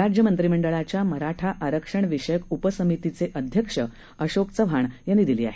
राज्य मंत्रिमंडळाच्या मराठा आरक्षण विषयक उपसमितीचे अध्यक्ष अशोक चव्हाण यांनी दिली आहे